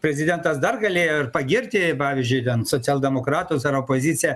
prezidentas dar galėjo ir pagirti pavyzdžiui ten socialdemokratus ar opoziciją